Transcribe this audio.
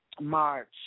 march